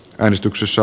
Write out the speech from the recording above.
yhdistyksessä